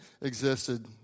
existed